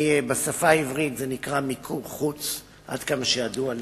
בשפה העברית זה נקרא מיקור חוץ, עד כמה שידוע לי.